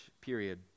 period